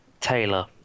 taylor